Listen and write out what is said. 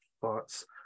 thoughts